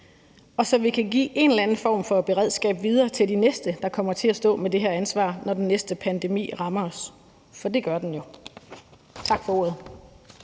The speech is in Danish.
og så vi kan give en eller anden form for beredskab videre til de næste, der kommer til at stå med det her ansvar, når den næste pandemi rammer os. For det gør den jo. Tak for ordet.